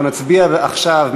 אנחנו נצביע עכשיו,